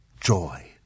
joy